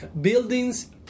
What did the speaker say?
buildings